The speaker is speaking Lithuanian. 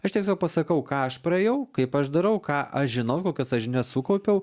aš tiesiog pasakau ką aš praėjau kaip aš darau ką aš žinau kokias aš žinias sukaupiau